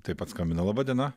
taip pat skambina laba diena